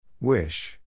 Wish